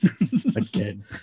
again